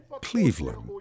Cleveland